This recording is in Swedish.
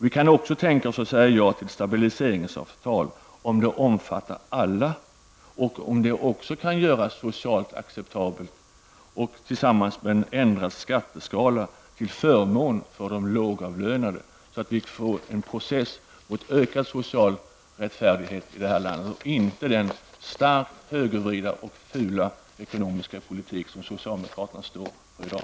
Vi kan också tänka oss att säga ja till ett estabiliseringsavtal om det omfattar alla och om det kan göras socialt acceptabelt och i kombination med en ändrad skatteskala till förmån för de lågavlönade, så att vi får en process som går i riktning mot en större social rättfärdighet i det här landet. Det handlar alltså inte om den starkt högervridna och fula ekonomiska politik som socialdemokraterna står för i dag.